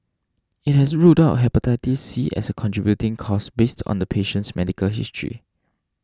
it has ruled out Hepatitis C as a contributing cause based on the patient's medical history